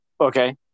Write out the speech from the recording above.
okay